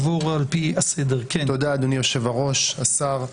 אדוני יושב-הראש, השר,